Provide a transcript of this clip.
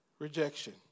rejection